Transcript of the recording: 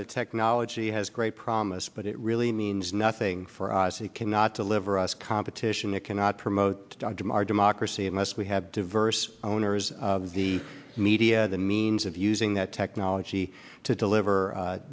that technology has great promise but it really means nothing for us he cannot deliver us competition it cannot promote our democracy unless we have diverse owners the media the means of using that technology to deliver